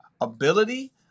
ability